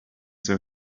their